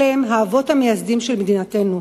אלה הם האבות המייסדים של מדינתנו,